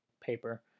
paper